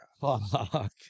Fuck